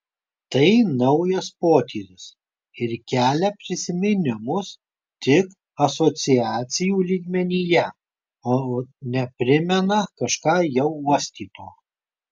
tai naujas potyris ir kelia prisiminimus tik asociacijų lygmenyje o ne primena kažką jau uostyto